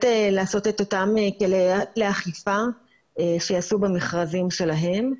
לעשות את אותם כלי אכיפה שייעשו במכרזים שלהם.